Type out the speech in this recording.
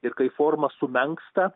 ir kai forma sumenksta